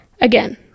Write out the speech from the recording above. again